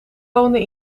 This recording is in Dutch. woonden